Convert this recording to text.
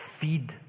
feed